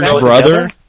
brother